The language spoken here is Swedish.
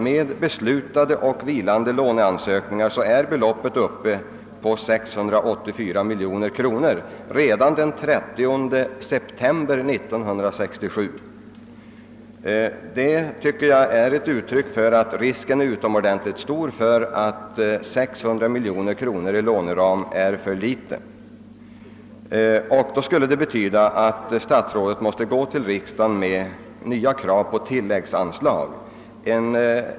Med beviljade och vilande låneansökningar var beloppet redan den 30 september i år emellertid uppe i 684 miljoner kronor. Det tyder enligt min mening på att risken är utomordentligt stor för att 600 miljoner kronor i låneram är för litet, vilket skulle innebära att statsrådet måste gå till riksdagen med nya krav på tilläggsanslag.